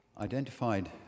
identified